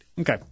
Okay